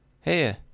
Hey